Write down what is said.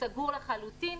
סגור לחלוטין.